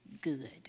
good